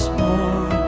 more